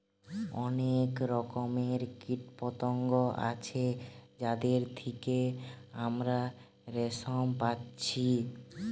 অনেক রকমের কীটপতঙ্গ আছে যাদের থিকে আমরা রেশম পাচ্ছি